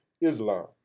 Islam